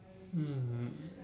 um